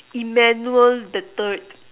emmanuel the third